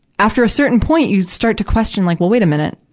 after a certain point, you start to question, like well, wait a minute.